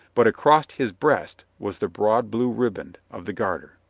but across his breast was the broad blue riband of the garter.